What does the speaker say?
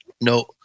No